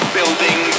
Building